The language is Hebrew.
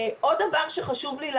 עוד דבר שחשוב לי להדגיש.